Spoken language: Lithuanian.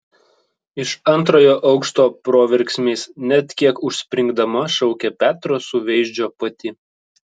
iš antrojo aukšto proverksmiais net kiek užspringdama šaukė petro suveizdžio pati